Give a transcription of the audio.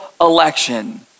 election